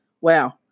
wow